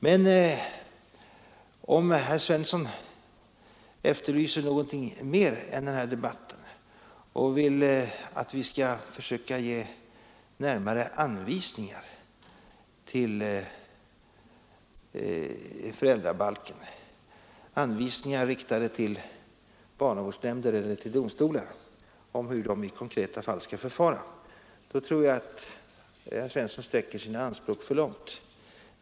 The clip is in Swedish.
Men om herr Svensson efterlyser något mer än en sådan debatt och vill att vi skall försöka ge närmare anvisningar till föräldrabalken, anvisningar riktade till barnavårdsnämnder och till domstolar om hur de i konkreta fall skall förfara, tror jag att herr Svensson sträcker sina anspråk för långt.